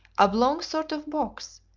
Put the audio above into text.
oblong sort of box,